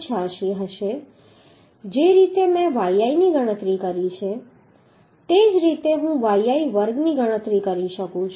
86 હશે જે રીતે મેં yi ની ગણતરી કરી છે તે જ રીતે હું yi વર્ગ ની ગણતરી કરી શકું છું